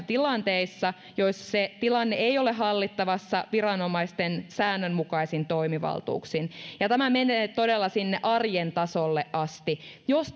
tilanteissa joissa se tilanne ei ole hallittavissa viranomaisten säännönmukaisin toimivaltuuksin ja tämä menee todella sinne arjen tasolle asti jos